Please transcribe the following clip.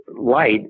light